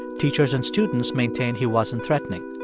teachers and students maintained he wasn't threatening.